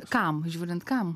kam žiūrint kam